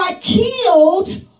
killed